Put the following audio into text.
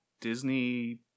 Disney